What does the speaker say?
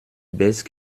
baisses